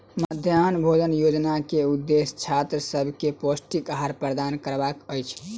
मध्याह्न भोजन योजना के उदेश्य छात्र सभ के पौष्टिक आहार प्रदान करबाक अछि